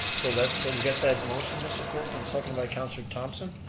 so that's, have we got that motion, mr. clerk and second by councillor thomsen,